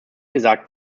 gesagt